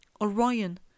Orion